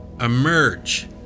emerge